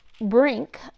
brink